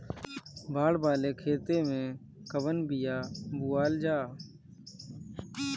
बाड़ वाले खेते मे कवन बिया बोआल जा?